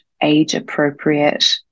age-appropriate